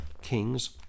kings